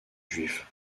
juif